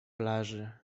plaży